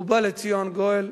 ובא לציון גואל.